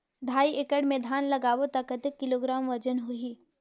ढाई एकड़ मे धान लगाबो त कतेक किलोग्राम वजन होही?